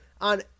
on